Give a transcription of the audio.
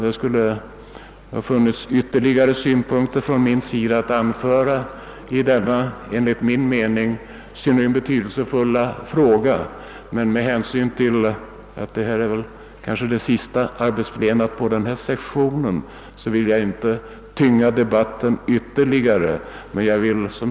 Jag kunde ha anfört fler synpunkter på denna synnerligen betydelsefulla fråga, men med hänsyn till att detta förmodligen är det sista arbetsplenum under denna session vill jag inte ytterligare tynga debatten.